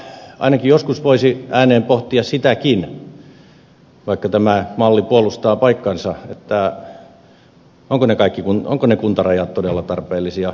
ainakin joskus voisi ääneen pohtia sitäkin vaikka tämä malli puolustaa paikkaansa ovatko ne kuntarajat todella tarpeellisia